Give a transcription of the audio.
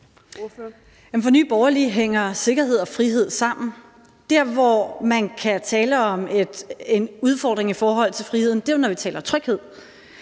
For Nye Borgerlige hænger sikkerhed og frihed sammen. Der, hvor man kan tale om en udfordring i forhold til friheden, er, når vi taler tryghed,